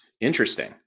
Interesting